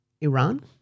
Iran